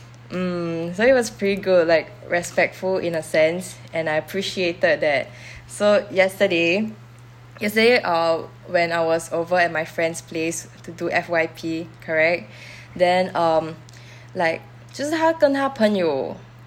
mm so he was pretty good like respectful in a sense and I appreciated that so yesterday yesterday uh when I was over at my friend's place to do F_Y_P correct then um like 就是他跟他朋友